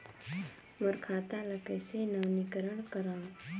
मोर खाता ल कइसे नवीनीकरण कराओ?